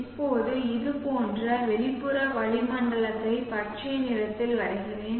இப்போது இது போன்ற வெளிப்புற வளிமண்டலத்தை பச்சை நிறத்தில் வரைகிறேன்